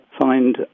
find